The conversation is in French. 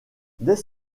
dès